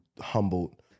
humbled